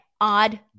odd